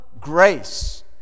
grace